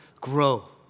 grow